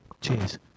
Cheers